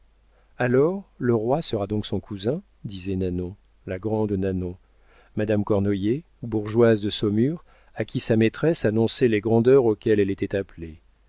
alors alors le roi sera donc son cousin disait nanon la grande nanon madame cornoiller bourgeoise de saumur à qui sa maîtresse annonçait les grandeurs auxquelles elle était appelée